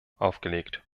aufgelegt